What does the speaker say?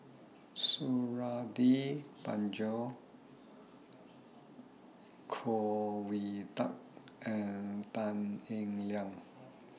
Suradi Parjo Khoo Oon Teik and Tan Eng Liang